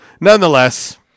nonetheless